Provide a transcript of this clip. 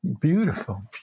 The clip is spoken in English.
Beautiful